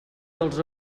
dels